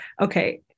okay